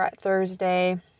thursday